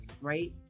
right